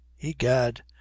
egad